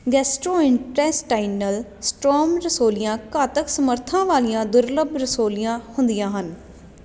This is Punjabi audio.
ਗੈਸਟ੍ਰੋਇੰਟੇਸਟਾਈਨਲ ਸਟਰੋਮ ਰਸੌਲੀਆਂ ਘਾਤਕ ਸਮਰੱਥਾ ਵਾਲੀਆਂ ਦੁਰਲੱਭ ਰਸੌਲੀਆਂ ਹੁੰਦੀਆਂ ਹਨ